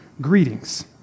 Greetings